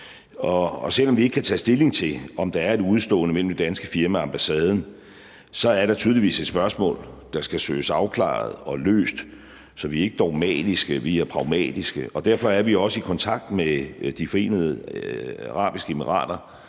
og selv om vi ikke kan tage stilling til, om der er et udestående mellem et dansk firma og ambassaden, er der tydeligvis et spørgsmål, der skal søges afklaret og løst. Så vi er ikke dogmatiske, vi er pragmatiske, og derfor er vi også i kontakt med De Forenede Arabiske Emirater